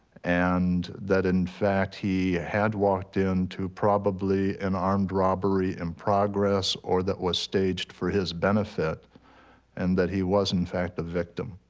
and that in fact, he had walked into probably an armed robbery in progress or that was staged for his benefit and that he was, in fact, a victim.